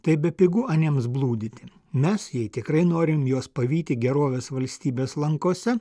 tai bepigu aniems blūdyti mes jei tikrai norim juos pavyti gerovės valstybės lankose